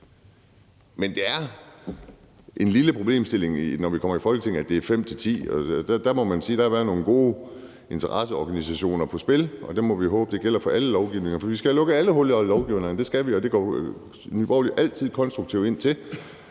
men det er en lille problemstilling i Folketinget, når det er fem til ti. Der må man sige, at der har været nogle gode interesseorganisationer på spil, og det må vi håbe gælder for alle lovgivninger, for vi skal have lukket alle huller i lovgivningen. Det skal vi, og det går Nye Borgerlige altid konstruktivt ind til.